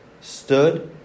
stood